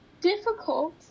difficult